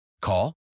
Call